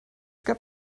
gab